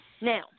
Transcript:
Now